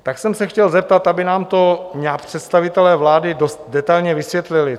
Tak jsem se chtěl zeptat, aby nám to představitelé vlády nějak dost detailně vysvětlili.